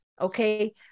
Okay